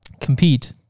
compete